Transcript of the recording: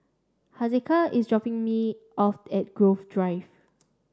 Hezekiah is dropping me off at Grove Drive